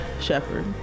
Shepherd